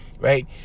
right